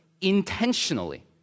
intentionally